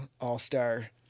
all-star